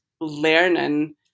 learning